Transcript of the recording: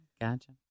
Gotcha